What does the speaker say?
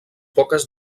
poques